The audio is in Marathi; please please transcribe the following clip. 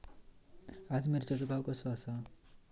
आज मिरचेचो भाव कसो आसा?